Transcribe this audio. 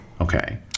Okay